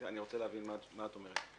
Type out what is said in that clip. אני רוצה להבין מה את אומרת.